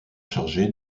chargé